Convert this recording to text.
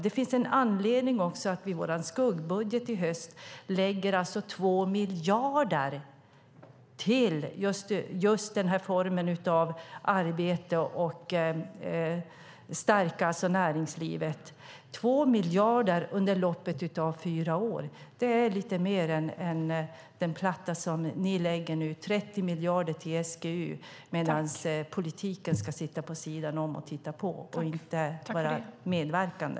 Det finns en anledning till att vi i vår skuggbudget i höst lägger 2 miljarder till just denna form av arbete och för att stärka näringslivet. 2 miljarder under loppet av fyra år är lite mer än den platta som ni nu lägger med 30 miljoner till SGU, medan politiken ska sitta på sidan om och titta på och inte vara medverkande.